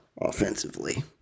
offensively